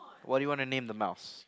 what do you want to name the mouse